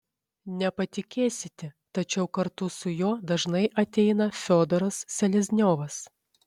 nepatikėsite tačiau kartu su juo dažnai ateina fiodoras selezniovas